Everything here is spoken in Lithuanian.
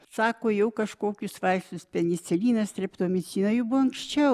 sako jau kažkokius vaistus peniciliną streptomiciną jų buvo anksčiau